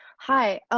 hi,